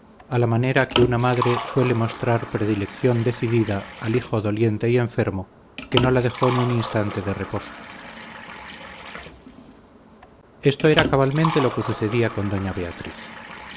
a la manera que una madre suele mostrar predilección decidida al hijo doliente y enfermo que no la dejó ni un instante de reposo esto era cabalmente lo que sucedía con doña beatriz